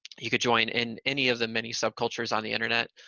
you could join in any of the many subcultures on the internet.